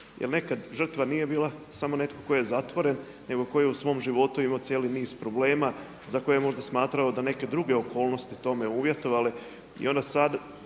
Jer nekad žrtva nije bila samo netko tko je zatvoren, nego koji je u svom životu imao cijeli niz problema za koje je možda smatrao da neke druge okolnosti tome uvjetovale.